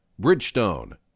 Bridgestone